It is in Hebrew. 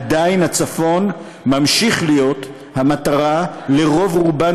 עדיין הצפון ממשיך להיות המטרה לרוב-רובן